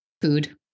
food